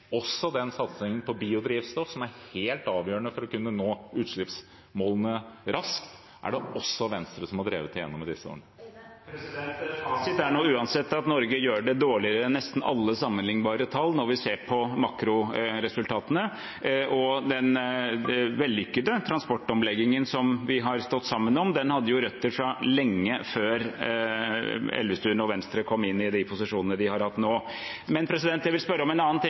den satsingen på biodrivstoff som er helt avgjørende for å kunne nå utslippsmålene raskt, er det også Venstre som har drevet gjennom i disse årene. Fasiten er uansett at Norge gjør det dårligere enn nesten alle sammenlignbare tall når vi ser på makroresultatene. Den vellykkede transportomleggingen som vi har stått sammen om, hadde jo røtter fra lenge før Elvestuen og Venstre kom inn i de posisjonene de har hatt nå. Men jeg vil spørre om en annen ting,